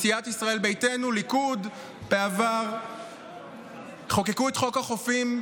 סיעת ישראל ביתנו והליכוד בעבר חוקקו את חוק החופים,